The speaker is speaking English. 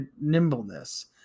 nimbleness